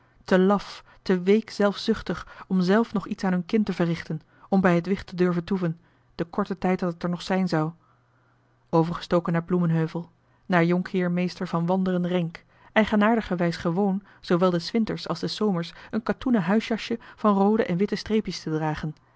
te laf te week zelfzuchtig om zelf nog iets aan hun kind te verrichten om bij het wicht te durven toeven den korten tijd dat het er nog zijn zou overgestoken naar bloemenheuvel naar jhr mr van wanderen renck eigenaardigerwijs gewoon zoowel des winters als des zomers een katoenen huisjasje van roode en witte streepjes te dragen